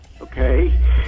Okay